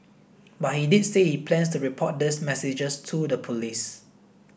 but he did say he plans to report these messages to the police